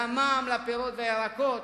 זה המע"מ על הפירות והירקות.